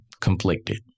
conflicted